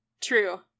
True